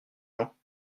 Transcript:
gens